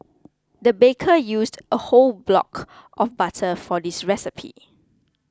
the baker used a whole block of butter for this recipe